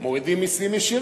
מורידים מסים ישירים,